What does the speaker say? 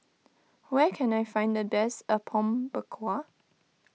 where can I find the best Apom Berkuah